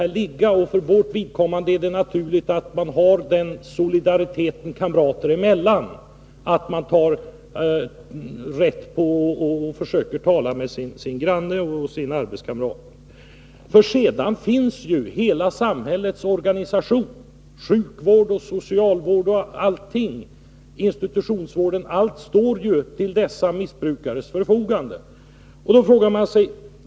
För vårt vidkommande är det naturligt att man har den solidariteten kamrater emellan att man försöker tala med sin arbetskamrat och sin granne. Sedan finns ju hela samhällets organisation: sjukvård, socialvård och institutionsvård — allt står ju till dessa missbrukares förfogande.